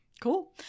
Cool